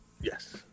yes